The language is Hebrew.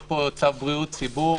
יש פה צו בריאות ציבור.